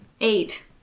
Eight